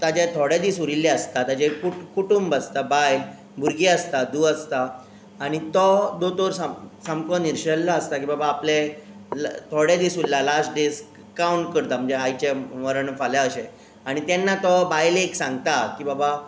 ताजे थोडे दीस उरिल्ले आसता ताजें कुट कुटुंब आसता बायल भुरगीं आसता धूव आसता आनी तो दोतोर साम सामको निरशेल्लो आसता की बाबा आपले थोडे दीस उरला लास्ट दीस कावंट करता म्हणजे आयचें मरण फाल्यां अशें आनी तेन्ना तो बायलेक सांगता की बाबा